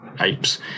apes